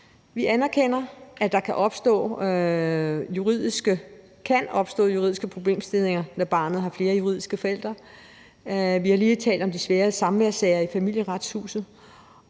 Vi anerkender, at der kan opstå juridiske problemstillinger, når barnet har flere juridiske forældre. Vi har lige talt om de svære samværssager i Familieretshuset,